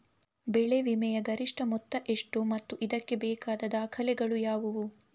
ಬೆಳೆ ವಿಮೆಯ ಗರಿಷ್ಠ ಮೊತ್ತ ಎಷ್ಟು ಮತ್ತು ಇದಕ್ಕೆ ಬೇಕಾದ ದಾಖಲೆಗಳು ಯಾವುವು?